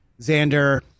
Xander